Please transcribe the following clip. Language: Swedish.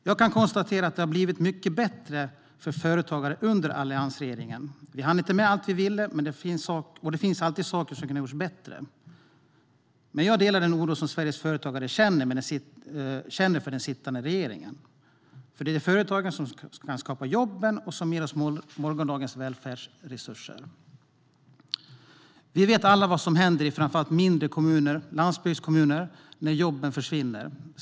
Jag kan konstatera att det blev mycket bättre för företagare under alliansregeringen. Vi hann inte med allt vi ville, och det finns alltid saker som kunde ha gjorts bättre. Men jag delar den oro som Sveriges företagare känner för den sittande regeringen. Det är företagen som kan skapa jobben som ger oss morgondagens välfärdsresurser. Vi vet alla vad som händer i framför allt mindre kommuner, landsbygdskommuner, när jobben försvinner.